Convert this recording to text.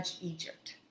Egypt